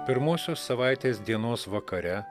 pirmosios savaitės dienos vakare